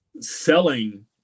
selling